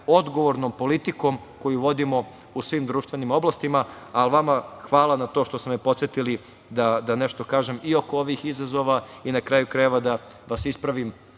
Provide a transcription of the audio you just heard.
odgovornom politikom koju vodimo u svim društvenim oblastima, ali vama hvala na tome što ste me podsetili da nešto kažem i oko ovih izazova i na kraju krajeva da vas ispravim